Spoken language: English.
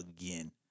again